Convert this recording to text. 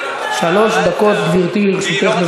שלוש דקות, גברתי, לרשותך.